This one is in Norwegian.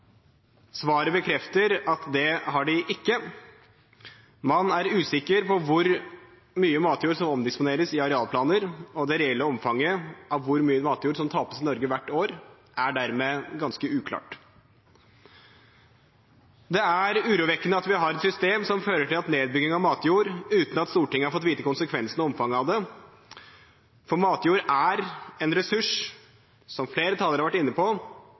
Svaret bekrefter at det har de ikke. Man er usikker på hvor mye matjord som omdisponeres i arealplaner, og det reelle omfanget av hvor mye matjord som tapes i Norge hvert år, er dermed ganske uklart. Det er urovekkende at vi har et system som fører til nedbygging av matjord, uten at Stortinget har fått vite konsekvensene og omfanget av det. Matjord er en ressurs, som flere talere har vært inne på,